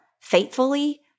faithfully